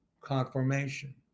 conformation